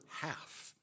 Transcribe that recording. half